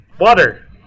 Water